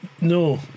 No